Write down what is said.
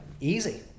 easy